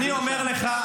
אני אומר לך,